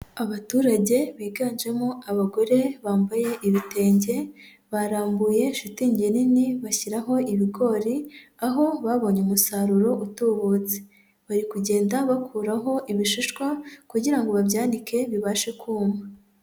Abaturage biganjemo abagore bambaye ibitenge, barambuye shitingi nini bashyiraho ibigori, aho babonye umusaruro utubutse. Bari kugenda bakuraho ibishishwa kugira ngo babyanike, bibashe kuma.